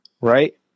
Right